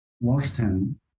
Washington